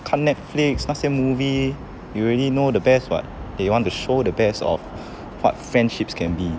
看 netflix 那些 movie you already know the best [what] they want to show the best of what friendships can be